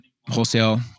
wholesale